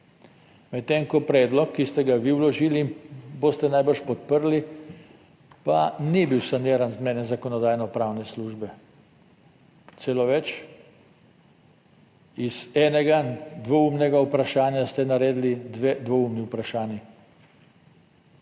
medtem ko predlog, ki ste ga vi vložili boste najbrž podprli, pa ni bil saniran z mnenjem Zakonodajnopravne službe, celo več, iz enega dvoumnega vprašanja ste naredili dve dvoumni vprašanji.